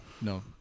no